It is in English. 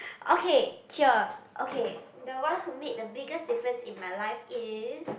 okay chill okay the one who made the biggest difference in my life is